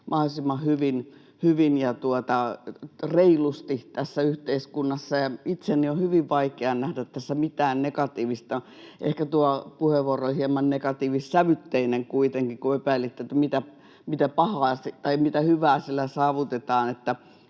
mahdollisimman hyvin ja reilusti tässä yhteiskunnassa. Itseni on hyvin vaikea nähdä tässä mitään negatiivista. Ehkä tuo puheenvuoro oli hieman negatiivissävytteinen kuitenkin, kun epäilitte, että mitä pahaa tai mitä hyvää sillä saavutetaan,